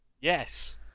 Yes